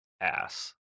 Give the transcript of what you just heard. ass